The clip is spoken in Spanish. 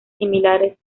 similares